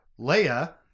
Leia